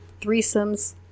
Threesomes